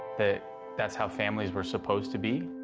that that's how families were supposed to be.